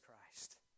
Christ